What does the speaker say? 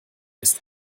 ist